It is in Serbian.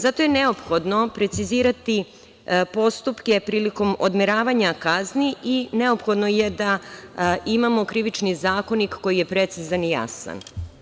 Zato je neophodno precizirati postupke prilikom odmeravanja kazni i neophodno je da imamo Krivični zakonik koji je precizan i jasan.